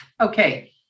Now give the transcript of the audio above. okay